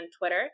twitter